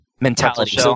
mentality